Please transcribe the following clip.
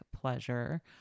pleasure